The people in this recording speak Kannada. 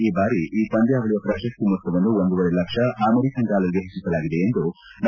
ಈ ಬಾರಿ ಈ ಪಂದ್ಯಾವಳಿಯ ಪ್ರತಸ್ತಿ ಮೊತ್ತವನ್ನು ಒಂದೂವರೆ ಲಕ್ಷ ಅಮೆರಿಕನ್ ಡಾಲರ್ಗೆ ಹೆಚ್ಚಿಸಲಾಗಿದೆ ಎಂದು ಡಾ